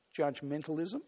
judgmentalism